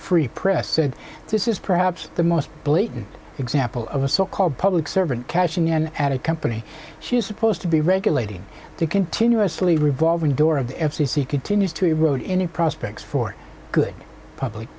free press said this is perhaps the most blatant example of a so called public servant cashing in at a company she is supposed to be regulating to continuously revolving door of the f c c continues to erode any prospects for good public